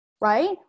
right